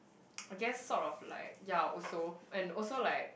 I guess sort of like ya also and also like